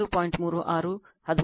36 13